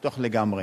לפתוח לגמרי.